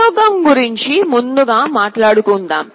ప్రయోగం గురించి ముందుగా మాట్లాడుకుందాం